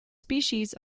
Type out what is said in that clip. species